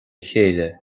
chéile